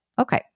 Okay